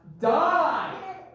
Die